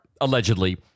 allegedly